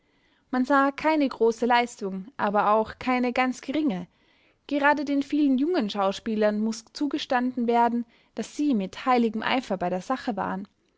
man sah keine große leistung aber auch keine ganz geringe gerade den vielen jungen schauspielern muß zugestanden werden daß sie mit heiligem eifer bei der sache waren